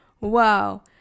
Wow